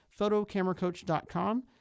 photocameracoach.com